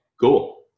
cool